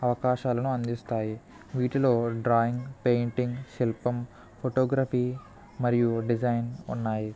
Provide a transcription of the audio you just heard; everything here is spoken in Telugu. అవకాశాలను అందిస్తాయి వీటిలో డ్రాయింగ్ పెయింటింగ్ శిల్పం ఫోటోగ్రఫీ మరియు డిజైన్ ఉన్నాయి